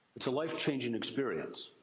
it's a life changing experience.